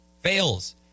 fails